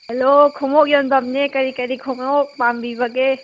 hello ꯈꯣꯡꯎꯞ ꯌꯣꯟꯐꯝꯅꯦ ꯀꯔꯤ ꯀꯔꯤ ꯈꯣꯡꯎꯞ ꯄꯥꯝꯕꯤꯕꯒꯦ